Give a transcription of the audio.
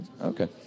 Okay